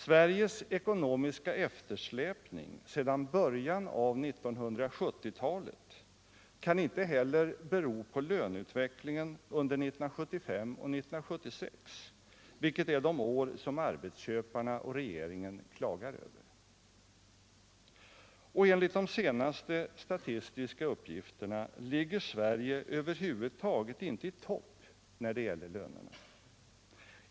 Sveriges ekonomiska eftersläpning sedan början av 1970-talet kan inte heller bero på löneutvecklingen under 1975 och 1976, vilka är de år som arbetsköparna och regeringen klagar över. Och enligt de senaste statistiska uppgifterna ligger Sverige över huvud taget inte i topp när det gäller lönerna.